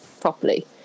properly